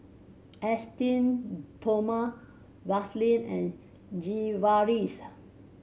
Esteem Stoma Vaselin and Sigvaris